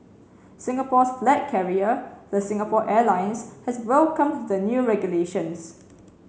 Singapore's flag carrier the Singapore Airlines has welcomed the new regulations